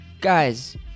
Guys